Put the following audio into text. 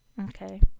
Okay